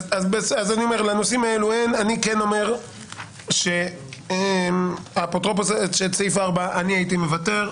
אז אני כן אומר שעל סעיף 4 אני הייתי מוותר.